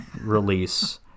release